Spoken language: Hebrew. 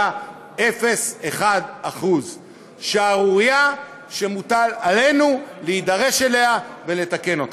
0.01%. שערורייה שמוטל עלינו להידרש אליה ולתקן אותה.